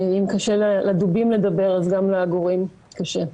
אם קשה לדובים לדבר אז גם לגורים קשה.